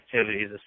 activities